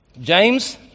James